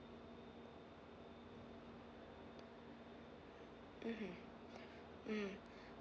mmhmm um